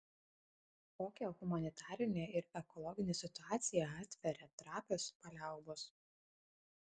kokią humanitarinę ir ekologinę situaciją atveria trapios paliaubos